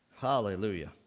Hallelujah